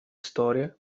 storie